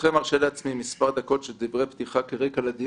ברשותכם ארשה לעצמי מספר דקות של דברי פתיחה לדיון.